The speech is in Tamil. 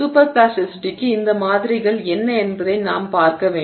சூப்பர் பிளாஸ்டிசிட்டிக்கு இந்த மாதிரிகள் என்ன என்பதை நாம் பார்க்க வேண்டும்